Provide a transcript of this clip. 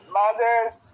mothers